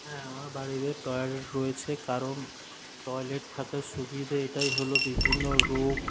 হ্যাঁ আমার বাড়িতে টয়লেট রয়েছে কারণ টয়লেট থাকার সুবিধে এটাই হল বিভিন্ন রোগ